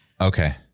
Okay